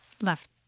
left